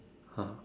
!huh!